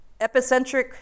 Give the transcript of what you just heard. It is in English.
Epicentric